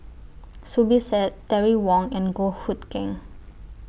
Zubir Said Terry Wong and Goh Hood Keng